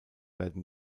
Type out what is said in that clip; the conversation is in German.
werden